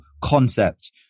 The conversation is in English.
concept